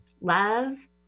love